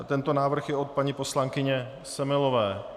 Tento návrh je od paní poslankyně Semelové.